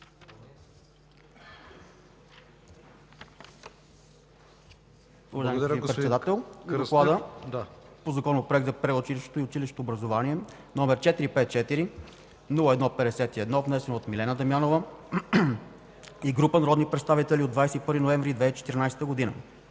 Благодаря, господин Кръстев.